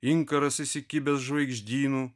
inkaras įsikibęs žvaigždynų